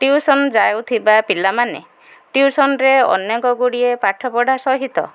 tuition ଯାଉଥିବା ପିଲାମାନେ ଟିୟୁସନ୍ରେ ଅନେକ ଗୁଡ଼ିଏ ପାଠପଢ଼ା ସହିତ